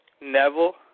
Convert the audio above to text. Neville